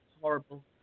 horrible